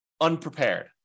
unprepared